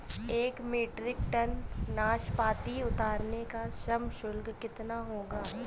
एक metric tonne नाशपाती उतारने का श्रम शुल्क कितना होगा?